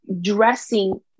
dressing